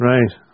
Right